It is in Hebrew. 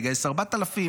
לגייס 4,000,